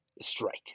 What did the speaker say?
strike